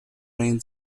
main